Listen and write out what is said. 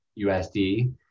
USD